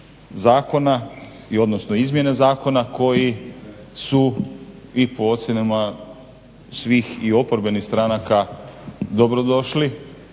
zakona odnosno izmjene zakona koji su i po ocjenama svih i oporbenih stranaka dobrodošli.